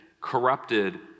corrupted